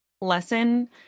lesson